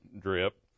drip